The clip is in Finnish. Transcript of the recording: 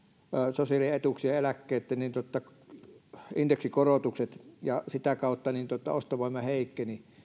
sosiaalietuuksien ja eläkkeitten indeksikorotukset ja sitä kautta ostovoima heikkeni